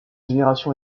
génération